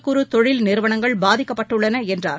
குறு தொழில் நிறுவனங்கள் பாதிக்கப்பட்டுள்ளன என்றார்